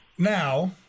Now